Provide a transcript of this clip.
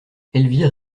elvire